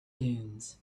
dunes